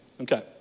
Okay